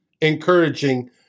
encouraging